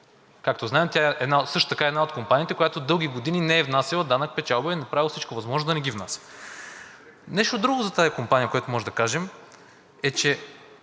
Както знаем, тя е също така една от компаниите, която дълги години не е внасяла данък печалба и е направила всичко възможно да не ги внася. Нещо друго за тази компания, което можем да кажем, е, че